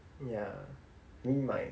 ya I mean like